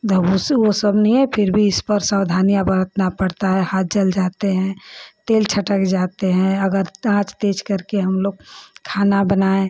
तो वह सब नहीं है फिर भी इस पर सावधानियाँ बरतना पड़ता है हाथ जल जाते हैं तेल छटक जाते हैं अगर आँच तेज़ कर के हम लोग खाना बनाएँ